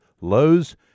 Lowe's